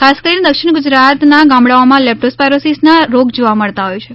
ખાસ કરીને દક્ષિણ ગુજરાતનાં ગામડાઓમાં લેપ્ટોસ્પાયરોસીસના રોગ જોવા મળતો હોય છે